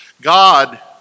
God